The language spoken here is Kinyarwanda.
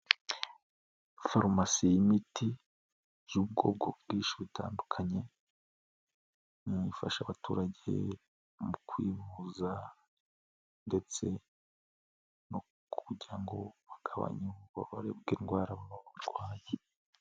Farumasi y'imiti y'ubwoko bwinshi butandukanye, mugufasha abaturage mu kwivuza ndetse no kugira ngo bagabanye ububabare bw'indwara baba barwaye.